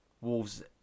Wolves